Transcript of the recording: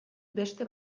beste